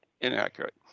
inaccurate